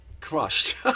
crushed